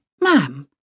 Ma'am